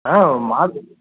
ஆ market